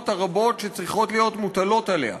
הרבות שצריכות להיות מוטלות עליה.